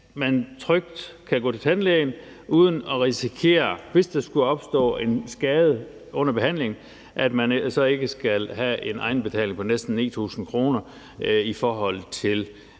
man trygt kan gå til tandlægen uden at risikere, hvis der skulle opstå en skade under behandlingen, at man har en egenbetaling på næsten 9.000 kr. i forhold til